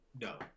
no